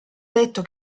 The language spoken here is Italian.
detto